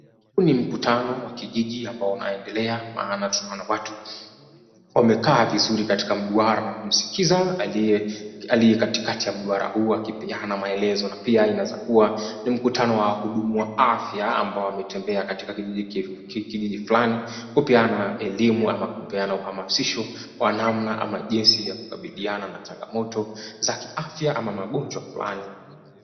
Huu ni mkutano wa kijiji ambao unaendelea, maana tunaona watu wamekaa vizuri katika mduara na kumsikiza aliye katikati ya mduara huu akipeana maelezo. Na pia inaweza kuwa ni mkutano wa wahudumu wa afya ambao wametembea katika kijiji fulani kupeana elimu ama kupeana uhamasisho kwa namna ama jinsi ya kukabiliana na changamoto za kiafya ama magonjwa fulani.